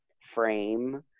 frame